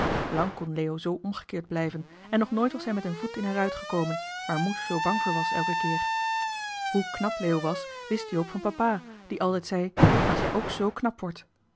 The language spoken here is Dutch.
lang kon leo zoo omgekeerd blijven en nog nooit was hij met een voet in een ruit gekomen waar moes zoo bang voor was elken keer hoe knap leo was wist joop van papa die altijd zei als jij ook z knap wordt